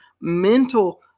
mental